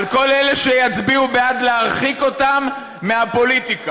על כל אלה שיצביעו בעד להרחיק אותם מהפוליטיקה.